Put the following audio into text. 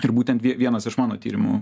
ir būtent vienas iš mano tyrimų